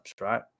right